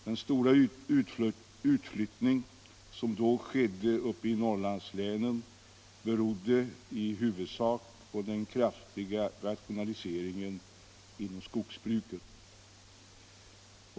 Den stora utflyttning som då skedde uppe i Norrlandslänen berodde i huvudsak på den kraftiga rationaliseringen inom skogsbruket.